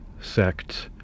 sects